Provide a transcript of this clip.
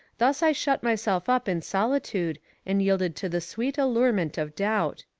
thus i shut myself up in solitude and yielded to the sweet allurement of doubt.